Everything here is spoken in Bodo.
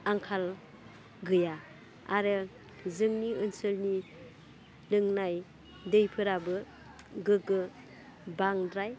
आंखाल गैया आरो जोंनि ओनसोलनि लोंनाय दैफोराबो गोग्गो बांद्राय